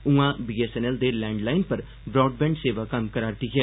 ऊआं बीएसएनएल दे लैंडलाईन पर ब्राडबैंड सेवा कम्म करा'रदी ऐ